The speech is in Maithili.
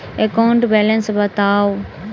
एकाउंट बैलेंस बताउ